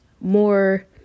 more